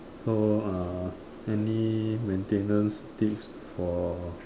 so uh any maintenance tips for